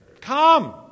Come